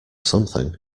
something